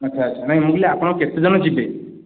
ଆଚ୍ଛା ଆଚ୍ଛା ନାହିଁ ମୁଁ କହିଲି ଆପଣ କେତେ ଜଣ ଯିବେ